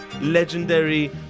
legendary